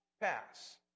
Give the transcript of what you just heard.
pass